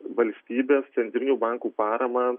valstybės centrinių bankų paramą